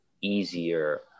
easier